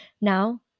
now